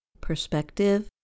perspective